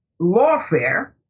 lawfare